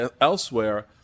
elsewhere